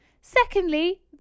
Secondly